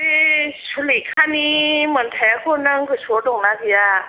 बे सुलेखानि मोन्थायाखौ नों गोसोआव दं ना गैया